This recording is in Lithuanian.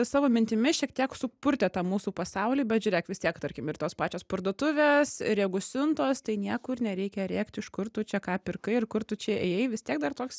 savo mintimis šiek tiek supurtė tą mūsų pasaulį bet žiūrėk vis tiek tarkim ir tos pačios parduotuvės ir jeigu siuntos tai niekur nereikia rėkt iš kur tu čia ką pirkai ir kur tu čia ėjai vis tiek dar toks